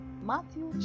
Matthew